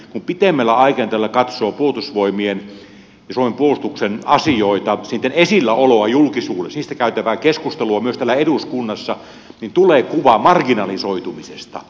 kun pitemmällä aikajänteellä katsoo puolustusvoimien ja suomen puolustuksen asioita niitten esilläoloa julkisuudessa niistä käytävää keskustelua myös täällä eduskunnassa niin tulee kuva marginalisoitumisesta